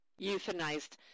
Euthanized